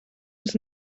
was